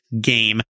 game